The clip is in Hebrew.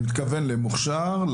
אני מתכוון למוכש"ר,